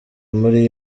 muri